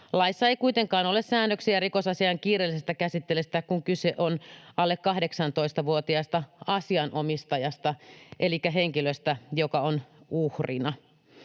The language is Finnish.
Laissa ei kuitenkaan ole säännöksiä rikosasian kiireellisestä käsittelystä, kun kyse on alle 18-vuotiaasta asianomistajasta, elikkä henkilöstä, joka on uhrina.